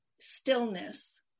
stillness